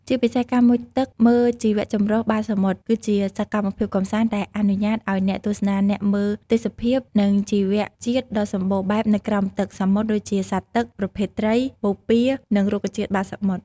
ជាពិសេសការមុជទឹកមើលជីវៈចម្រុះបាតសមុទ្រ គឺជាសកម្មភាពកម្សាន្តដែលអនុញ្ញាតឲ្យអ្នកទស្សនាអ្នកមើលទេសភាព និងជីវៈជាតិដ៏សម្បូរបែបនៅក្រោមទឹក សមុទ្រ ដូចជាសត្វទឹក ប្រភេទត្រី បូព៌ា និងរុក្ខជាតិបាតសមុទ្រ។